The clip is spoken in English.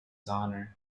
honour